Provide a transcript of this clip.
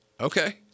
Okay